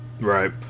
Right